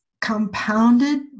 compounded